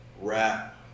rap